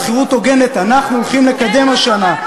שכירות הוגנת אנחנו הולכים לקדם השנה.